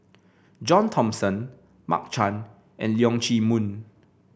John Thomson Mark Chan and Leong Chee Mun